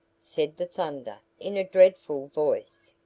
said the thunder in a dreadful voice.